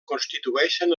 constitueixen